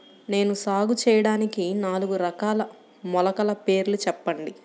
నేను సాగు చేయటానికి నాలుగు రకాల మొలకల పేర్లు చెప్పండి?